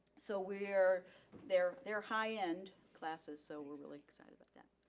so we're, they're they're high end classes so we're really excited about that.